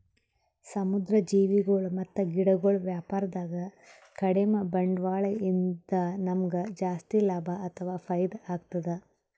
ಸಮುದ್ರ್ ಜೀವಿಗೊಳ್ ಮತ್ತ್ ಗಿಡಗೊಳ್ ವ್ಯಾಪಾರದಾಗ ಕಡಿಮ್ ಬಂಡ್ವಾಳ ಇದ್ದ್ ನಮ್ಗ್ ಜಾಸ್ತಿ ಲಾಭ ಅಥವಾ ಫೈದಾ ಆಗ್ತದ್